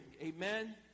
Amen